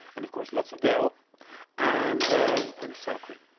and of course lots of dill and um and sour cream.